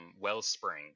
wellspring